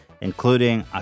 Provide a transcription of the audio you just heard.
including